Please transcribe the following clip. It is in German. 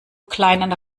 kleinen